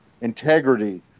integrity